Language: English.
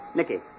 Nicky